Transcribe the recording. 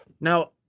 Now